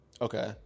Okay